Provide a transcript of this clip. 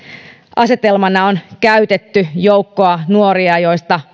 asetelmana on käytetty joukkoa nuoria joista